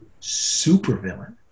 supervillain